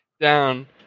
down